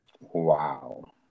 Wow